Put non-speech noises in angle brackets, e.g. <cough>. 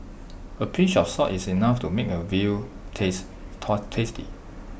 A pinch of salt is enough to make A veal taste <unintelligible> tasty